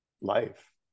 life